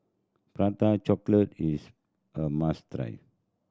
Prata Chocolate is a must try